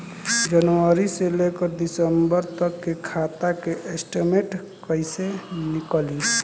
जनवरी से लेकर दिसंबर तक के खाता के स्टेटमेंट कइसे निकलि?